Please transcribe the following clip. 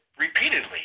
repeatedly